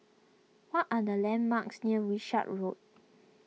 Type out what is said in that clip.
what are the landmarks near Wishart Road